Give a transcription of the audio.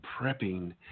prepping